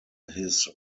his